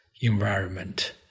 environment